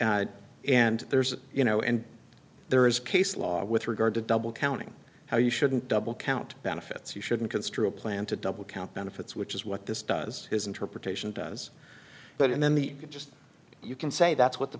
and there's you know and there is case law with regard to double counting how you shouldn't double count benefits you shouldn't construe a plan to double count benefits which is what this does his interpretation does that and then the can just you can say that's what the